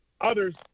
Others